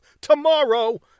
tomorrow